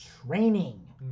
training